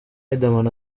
riderman